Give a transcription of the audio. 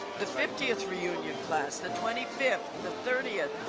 the fiftieth reunion class, the twenty fifth, the thirtieth,